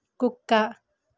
కుక్క